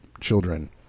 children